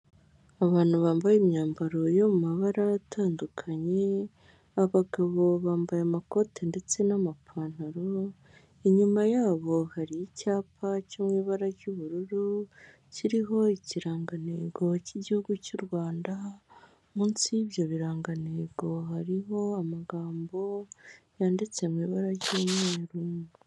Abantu bambaye imyambaro yo mu mabara atandukanye abagabo bambaye amakoti ndetse n'amapantaro inyuma yabo hari icyapa cyo mu ibara ry'ubururu kiriho ikirangantego cy'igihugu cy'u Rwanda munsi y'ibyo birangantego hariho amagambo yanditse mu ibara ry'umweruru.